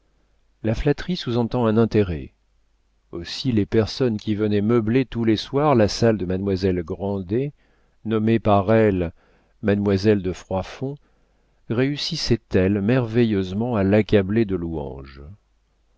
la flatterie sous-entend un intérêt aussi les personnes qui venaient meubler tous les soirs la salle de mademoiselle grandet nommée par elles mademoiselle de froidfond réussissaient elles merveilleusement à l'accabler de louanges